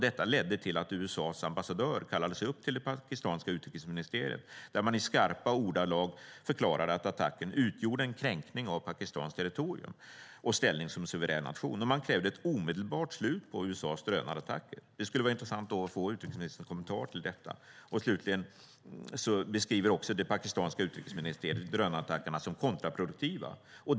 Detta ledde till att USA:s ambassadör kallades upp till det pakistanska utrikesministeriet, där man i skarpa ordalag förklarade att attacken utgjorde en kränkning av Pakistans territorium och ställning som suverän nation. Man krävde ett omedelbart slut på USA:s drönarattacker. Det skulle vara intressant att få utrikesministerns kommentar till detta. Slutligen beskriver också det pakistanska utrikesministeriet drönarattackerna som kontraproduktiva.